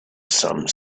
some